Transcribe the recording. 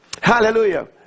Hallelujah